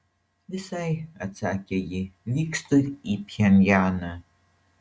visai atsakė ji vykstu į pchenjaną